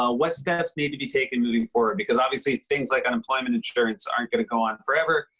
ah what steps need to be taken moving forward? because, obviously, things like unemployment insurance aren't gonna go on forever.